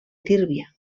tírvia